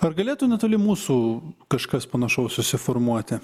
ar galėtų netoli mūsų kažkas panašaus susiformuoti